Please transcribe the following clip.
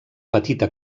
petita